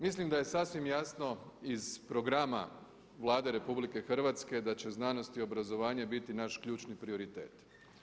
Mislim da je sasvim jasno iz programa RH da će znanost i obrazovanje biti naš ključni prioritet.